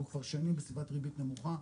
אנחנו כבר שנים בסביבת ריבית נמוכה,